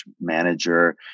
manager